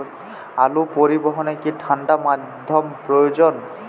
আলু পরিবহনে কি ঠাণ্ডা মাধ্যম প্রয়োজন?